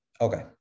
Okay